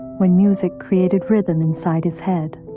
when music created rhythm inside his head,